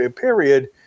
period